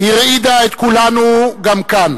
הרעידה את כולנו גם כאן.